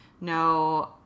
no